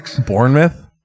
Bournemouth